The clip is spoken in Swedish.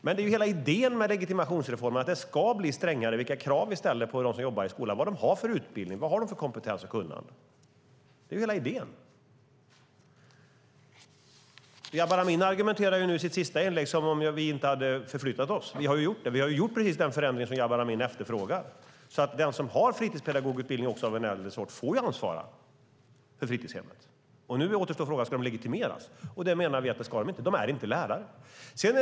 Det är ju hela idén med legitimationsreformen att det ska bli strängare vilka krav vi ställer på dem som jobbar i skolan, vad de har för utbildning, kompetens och kunnande. Det är ju hela idén! Jabar Amin argumenterar i sitt senaste inlägg som om vi inte hade förflyttat oss. Det har vi ju. Vi har ju gjort precis den förändring som Jabar Amin efterfrågar, så att de som har fritidspedagogutbildning också av en äldre sort får ansvara för fritidshem. Nu återstår frågan om de också ska legitimeras. Det menar vi att de inte ska. De är inte lärare.